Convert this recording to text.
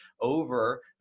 over